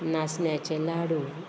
नाचण्याचे लाडू